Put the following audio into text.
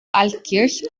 altkirch